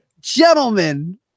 Gentlemen